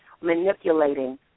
manipulating